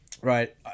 right